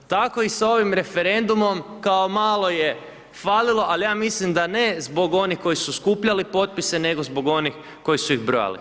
Tako i s ovim referendumom, kao malo je falilo, ali ja mislim da ne zbog onih koji su skupljali potpise, nego zbog onih koji su ih brojali.